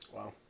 Wow